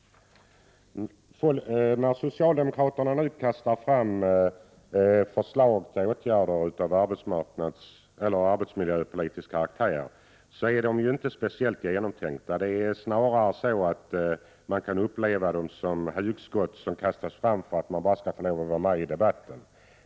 När socialdemokraterna nu kastar fram förslag till åtgärder av arbetsmiljöpolitisk karaktär, är dessa inte speciellt genomtänkta. Snarare kan de uppfattas som hugskott, som kastas fram bara för att man skall få vara med i debatten.